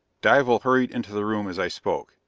dival hurried into the room as i spoke.